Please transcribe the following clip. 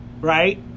Right